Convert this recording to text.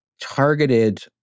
targeted